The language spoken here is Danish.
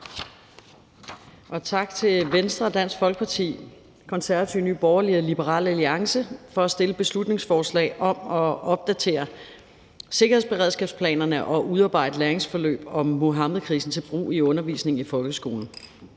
tak til Venstre, Dansk Folkeparti, Konservative, Nye Borgerlige og Liberal Alliance for at fremsætte beslutningsforslag om at opdatere sikkerhedsberedskabsplanerne og udarbejde læringsforløb om Muhammedkrisen til brug i undervisningen i folkeskolen.